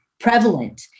prevalent